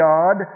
God